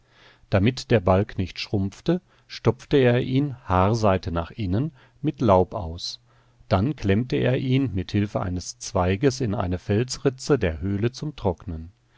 damit der balg nicht schrumpfte stopfte er ihn haarseite nach innen mit laub aus dann klemmte er ihn mit hilfe eines zweiges in eine felsritze der höhle zum trocknen